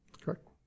correct